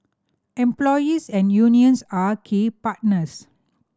employers and unions are key partners